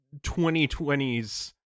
2020s